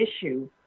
issue